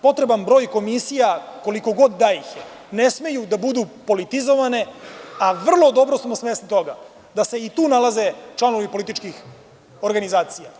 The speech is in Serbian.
Potreban broj komisija, koliko god da ih je, ne smeju da budu politizovane, a vrlo dobro smo svesni toga da se i tu nalaze članovi političkih organizacija.